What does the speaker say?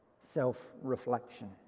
self-reflection